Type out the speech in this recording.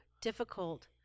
difficult